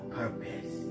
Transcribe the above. purpose